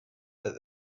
that